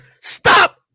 Stop